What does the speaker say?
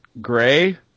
Gray